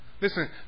listen